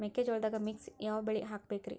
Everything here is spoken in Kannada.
ಮೆಕ್ಕಿಜೋಳದಾಗಾ ಮಿಕ್ಸ್ ಯಾವ ಬೆಳಿ ಹಾಕಬೇಕ್ರಿ?